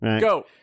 Go